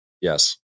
Yes